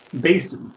based